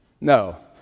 No